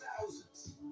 thousands